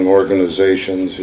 organizations